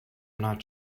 not